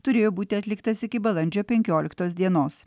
turėjo būti atliktas iki balandžio penkioliktos dienos